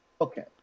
Okay